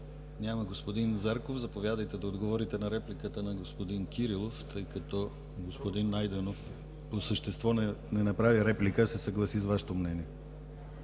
Няма. Господин Зарков, заповядайте да отговорите на репликата на господин Кирилов, тъй като господин Найденов по същество не направи реплика, а се съгласи с Вашето мнение.